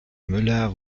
müller